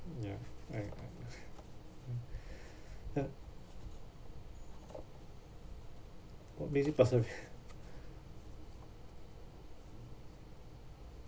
ya I I I mm ac~